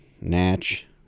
Natch